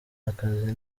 akazi